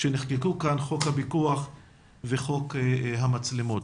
שנחקקו כאן, חוק הפיקוח וחוק המצלמות.